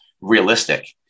realistic